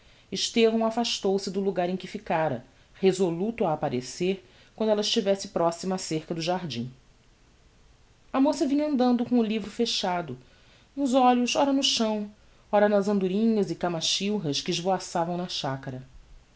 casa estevão afastou-se do logar em que ficára resoluto a apparecer quando ella estivesse proxima á cerca do jardim a moça vinha andando com o livro fechado e os olhos ora no chão ora nas andorinhas e camachilras que esvoaçavam na chacara